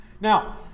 Now